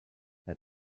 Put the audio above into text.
had